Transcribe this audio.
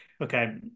okay